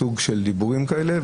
בסוג של דיבורים כאלה.